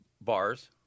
bars